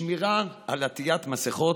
שמירה על עטיית מסכות,